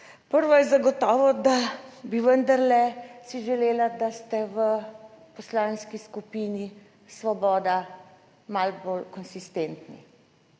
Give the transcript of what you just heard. prva je zagotovo, da bi vendarle si želela, da ste v Poslanski skupini Svoboda malo bolj konsistentni.